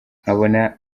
nkabona